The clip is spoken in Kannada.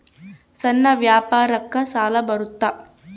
ಸಣ್ಣ ವ್ಯಾಪಾರಕ್ಕ ಸಾಲ ಬರುತ್ತಾ?